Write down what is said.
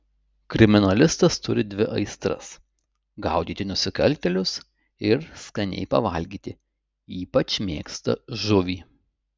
kriminalistas turi dvi aistras gaudyti nusikaltėlius ir skaniai pavalgyti ypač mėgsta žuvį